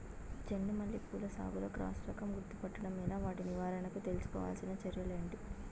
చెండు మల్లి పూల సాగులో క్రాస్ రకం గుర్తుపట్టడం ఎలా? వాటి నివారణకు తీసుకోవాల్సిన చర్యలు ఏంటి?